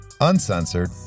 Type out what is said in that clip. uncensored